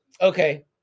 Okay